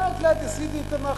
לאט-לאט יסיטו את הנחל.